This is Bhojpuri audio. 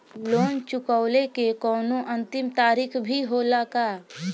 लोन चुकवले के कौनो अंतिम तारीख भी होला का?